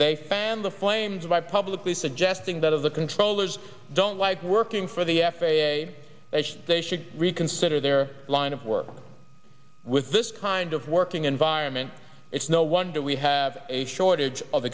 they fanned the flames by publicly suggesting that of the controllers don't like working for the f a a they should reconsider their line of work with this kind of working environment it's no wonder we have a shortage of